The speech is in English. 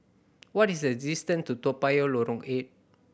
what is the distance to Toa Payoh Lorong Eight